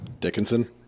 Dickinson